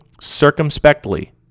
circumspectly